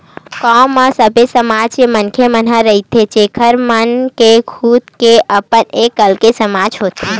गाँव म सबे समाज के मनखे मन ह रहिथे जेखर मन के खुद के अपन एक अलगे समाज होथे